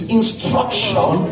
instruction